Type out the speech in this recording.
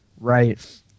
right